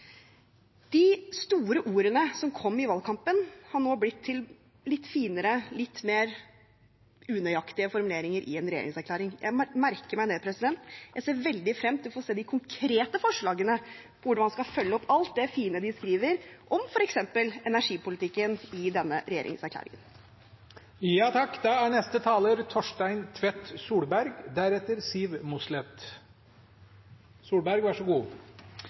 De store ordene som kom i valgkampen, har nå blitt til litt finere, litt mer unøyaktige formuleringer i en regjeringserklæring. Jeg merker meg det og ser veldig frem til å se de konkrete forslagene der man skal følge opp alt det fine de skriver om f.eks. energipolitikken i denne